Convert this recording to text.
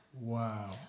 Wow